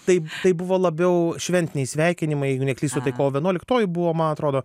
tai tai buvo labiau šventiniai sveikinimai jeigu neklystu tai kovo vienuoliktoji buvo man atrodo